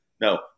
No